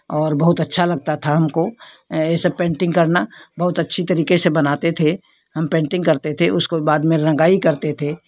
और बहुत अच्छा लगता था हमको ऐसे पेंटिंग करना बहुत अच्छी तरीके से बनाते थे हम पेंटिंग करते थे उसको बाद में रंगाई करते थे